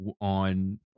on